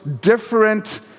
different